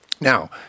Now